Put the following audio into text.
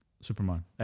Superman